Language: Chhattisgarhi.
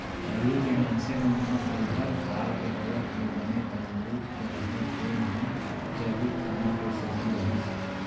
पहिली के मनसे मन ह बुढ़त काल के होवत ले बने तंदरूस्त रहें तेन ह जैविक खाना के सेती रहिस